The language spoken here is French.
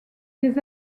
des